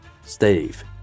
Steve